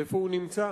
איפה הוא נמצא,